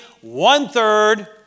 One-third